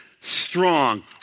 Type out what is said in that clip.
strong